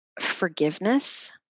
forgiveness